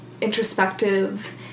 introspective